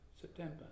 September